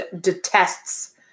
detests